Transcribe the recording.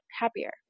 happier